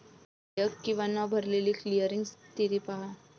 देयक किंवा न भरलेली क्लिअरिंग स्थिती पहा